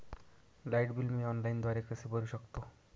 Light bill मी ऑनलाईनद्वारे कसे भरु शकतो?